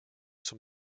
zum